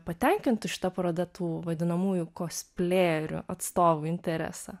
patenkinti šita paroda tų vadinamųjų kosplejerių atstovų interesą